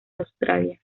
australia